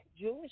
Jewish